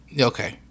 Okay